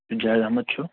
جاوید احمد چھُ